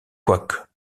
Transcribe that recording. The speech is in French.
quoique